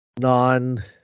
non